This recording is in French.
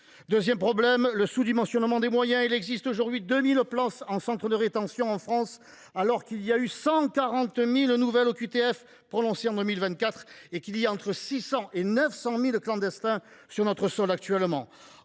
deuxième problème réside dans le sous dimensionnement des moyens. Il existe aujourd’hui 2 000 places dans les centres de rétention en France, alors qu’il y a eu 140 000 nouvelles OQTF prononcées en 2024 et qu’il y a entre 600 000 et 900 000 clandestins sur notre sol actuellement.